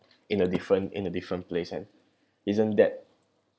in a different in a different place and isn't that